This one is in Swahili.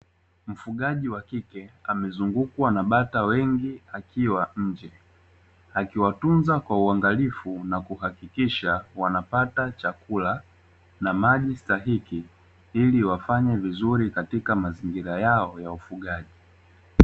Mfugaji wakike amezungukwa na bata wengi akiwa nje, akiwatunza kwa uangalifu na kuhakikisha wanapata chakula na maji stahiki, ili wafanye vizuri katika mazingira yao ya ufugaji.